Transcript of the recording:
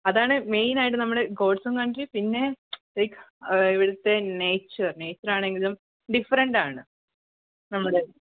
അതാണ് മെയ്നായിട്ട് നമ്മൾ ഗോഡ്സ് ഓൺ കണ്ട്ട്രി പിന്നെ ലൈക് പിന്നെ ഇവിടുത്തെ നേച്ചർ നേച്ചറാണെങ്കിലും ഡിഫറൻറ്റാണ് നമ്മൾ